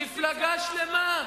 מפלגה שלמה,